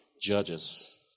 Judges